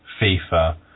FIFA